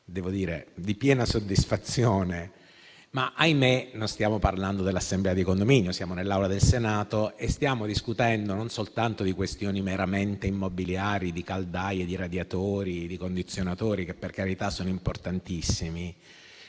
devo dire - di piena soddisfazione. Ma - ahimè - non stiamo parlando in una assemblea di condominio: siamo nell'Aula del Senato e stiamo discutendo non soltanto di questioni meramente immobiliari - caldaie, radiatori, condizionatori, che per carità sono importantissimi